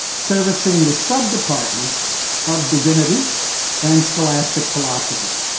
servicing the sub-departments of divinity and scholastic philosophy.